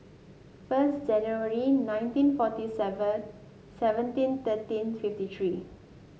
first January nineteen forty seven seventeen thirteen fifty three